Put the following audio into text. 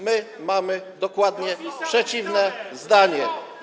My mamy dokładnie przeciwne zdanie.